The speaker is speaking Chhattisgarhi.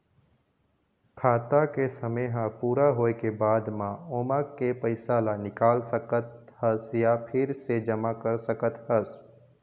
खाता के समे ह पूरा होए के बाद म ओमा के पइसा ल निकाल सकत हस य फिर से जमा कर सकत हस